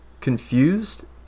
confused